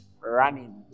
running